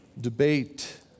debate